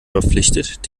verpflichtet